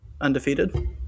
undefeated